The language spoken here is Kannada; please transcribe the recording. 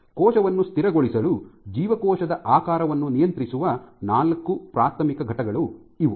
ಕೋಶವನ್ನು ಸ್ಥಿರಗೊಳಿಸಲು ಜೀವಕೋಶದ ಆಕಾರವನ್ನು ನಿಯಂತ್ರಿಸುವ ನಾಲ್ಕು ಪ್ರಾಥಮಿಕ ಘಟಕಗಳು ಇವು